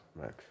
Max